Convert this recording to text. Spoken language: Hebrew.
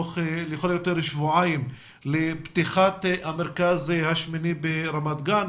תוך לכל היותר שבועיים לפתיחת המרכז השמיני ברמת גן,